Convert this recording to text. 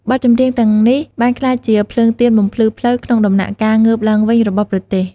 បទចម្រៀងទាំងនេះបានក្លាយជា ភ្លើងទៀនបំភ្លឺផ្លូវ ក្នុងដំណាក់កាលងើបឡើងវិញរបស់ប្រទេស។